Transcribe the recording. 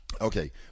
Okay